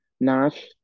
Nash